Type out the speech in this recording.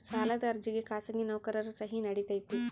ಸಾಲದ ಅರ್ಜಿಗೆ ಖಾಸಗಿ ನೌಕರರ ಸಹಿ ನಡಿತೈತಿ?